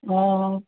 હા હા